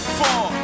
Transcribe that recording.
four